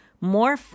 more